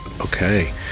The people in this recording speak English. Okay